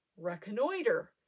reconnoiter